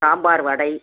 sambar vada